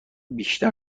بیشتر